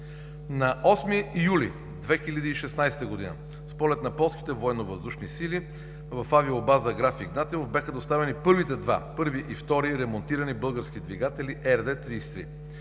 На 8 юли 2016 г. с полет на полските Военновъздушни сили в Авиобаза „Граф Игнатиево“ бяха доставени първите два – първи и втори, ремонтирани български двигатели РД-33.